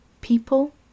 people